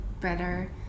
better